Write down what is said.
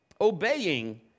obeying